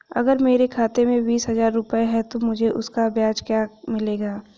अगर मेरे खाते में बीस हज़ार रुपये हैं तो मुझे उसका ब्याज क्या मिलेगा?